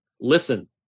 Listen